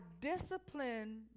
discipline